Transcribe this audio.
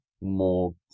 more